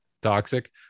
toxic